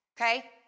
okay